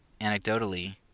anecdotally